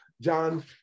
John